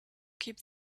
keep